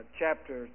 chapter